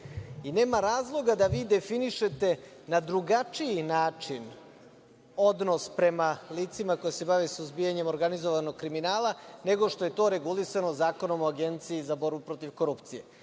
Nema razloga da vi definišete na drugačiji način odnos prema licima koja se bave suzbijanjem organizovanog kriminala, nego što je to regulisano Zakonom o Agenciji za borbu protiv korupcije.